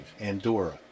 Andorra